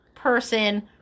person